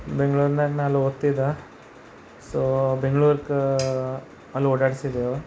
ಬೆಂಗಳೂರಿನಾಗೆ ನಾ ಅಲ್ಲಿ ಓದ್ತಿದ್ದೆ ಸೊ ಬೆಂಗಳೂರಿಗೆ ಅಲ್ಲಿ ಓಡಾಡ್ಸಿದ್ದೆವು